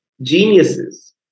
geniuses